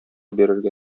бирергә